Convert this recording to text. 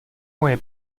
moje